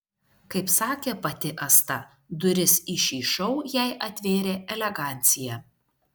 kaip sakė pati asta duris į šį šou jai atvėrė elegancija